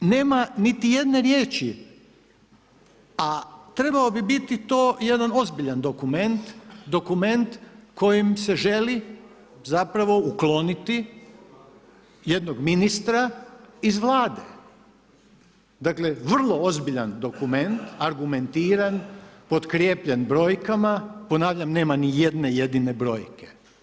Dakle, nema niti jedne riječi, a trebao bi biti to jedan ozbiljan dokument, dokument kojim se želi zapravo ukloniti jednog ministra iz Vlade, dakle, vrlo ozbiljan dokument, argumentiran, potkrijepljen brojkama, ponavljam nema ni jedne jedine brojke.